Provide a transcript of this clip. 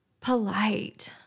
polite